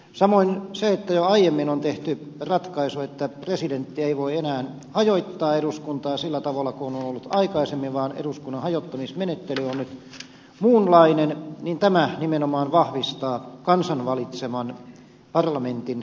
samoin se että jo aiemmin on tehty ratkaisu että presidentti ei voi enää hajottaa eduskuntaa sillä tavalla kuin on ollut aikaisemmin vaan eduskunnan hajottamismenettely on nyt muunlainen nimenomaan vahvistaa kansan valitseman parlamentin asemaa